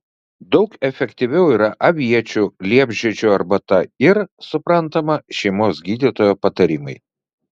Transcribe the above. daug efektyviau yra aviečių liepžiedžių arbata ir suprantama šeimos gydytojo patarimai